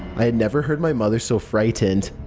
i had never heard my mother so frightened.